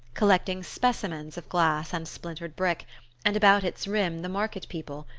collecting specimens of glass and splintered brick and about its rim the market-people,